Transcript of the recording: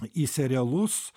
į serialus